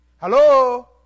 Hello